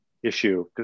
issue